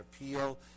appeal